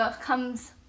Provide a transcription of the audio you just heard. comes